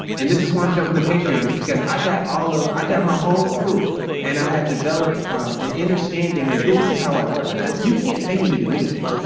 and this is why i'm jumping to patreon um because i got all of i got my whole crew and i have developed an understanding that this is how i work. you can't pay me to do anything.